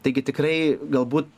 taigi tikrai galbūt